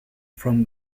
from